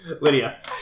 Lydia